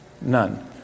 None